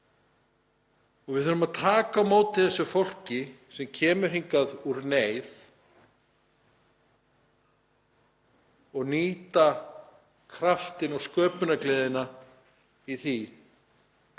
í. Við þurfum að taka á móti þessu fólki sem kemur hingað úr neyð og nýta kraftinn og sköpunargleðina í því